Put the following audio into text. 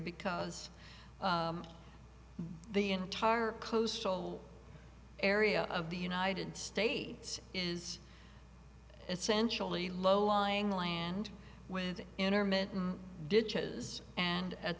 because the entire coastal area of the united states is essentially low lying land with intermittent ditches and at